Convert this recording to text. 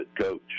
coach